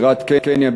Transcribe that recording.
בירת קניה,